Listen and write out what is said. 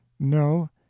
No